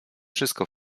wszystko